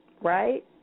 right